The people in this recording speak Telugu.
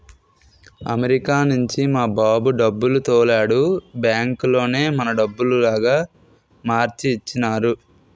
అమెరికా నుంచి మా బాబు డబ్బులు తోలాడు బ్యాంకులోనే మన డబ్బులుగా మార్చి ఇచ్చినారు